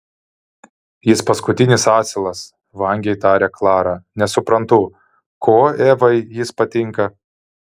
jis paskutinis asilas vangiai taria klara nesuprantu kuo evai jis patinka